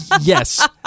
yes